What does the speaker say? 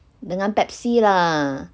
dengan Pepsi lah